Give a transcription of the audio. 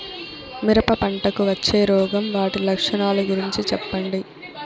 మిరప పంటకు వచ్చే రోగం వాటి లక్షణాలు గురించి చెప్పండి?